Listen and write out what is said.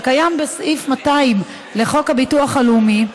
שקיים בסעיף 200 לחוק הביטוח הלאומי,